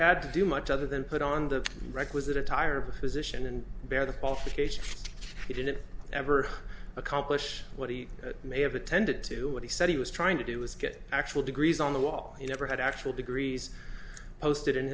had to do much other than put on the requisite attire of the physician and bear the qualifications he didn't ever accomplish what he may have attended to what he said he was trying to do is get actual degrees on the wall he never had actual degrees posted in